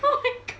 oh my g~